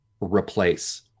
replace